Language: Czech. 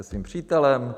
Se svým přítelem.